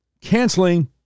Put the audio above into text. canceling